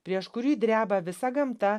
prieš kurį dreba visa gamta